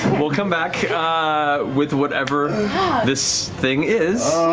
we'll come back with whatever this thing is.